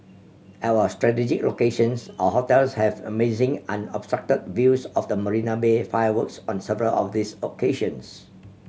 at our strategic locations our hotels have amazing unobstructed views of the Marina Bay fireworks on several of these occasions